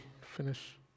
finish